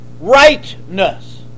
Rightness